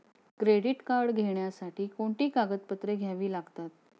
Credit card घेण्यासाठी कोणती कागदपत्रे घ्यावी लागतात?